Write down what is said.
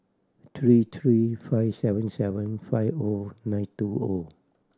three three five seven seven five O nine two O